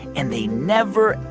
and they never,